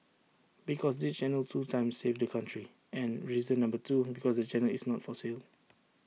because this channel two times saved the country and reason number two because the channel is not for sale